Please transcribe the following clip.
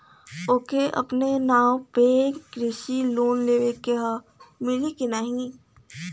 ओके अपने नाव पे कृषि लोन लेवे के हव मिली की ना ही?